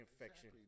Infection